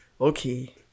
Okay